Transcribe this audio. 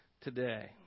today